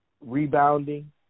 rebounding